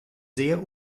sehr